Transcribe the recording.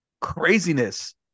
craziness